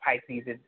Pisces